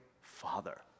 Father